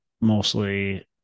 Mostly